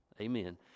Amen